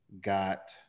got